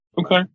Okay